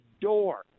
door